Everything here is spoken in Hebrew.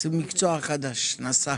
נעשה מקצוע חדש, נסח.